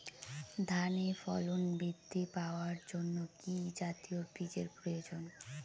ধানে ফলন বৃদ্ধি পাওয়ার জন্য কি জাতীয় বীজের প্রয়োজন?